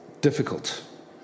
difficult